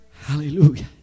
Hallelujah